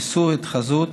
איסור התחזות,